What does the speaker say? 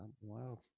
Wow